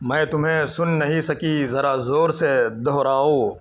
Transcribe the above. میں تمہیں سن نہیں سکی ذرا زور سے دہراؤ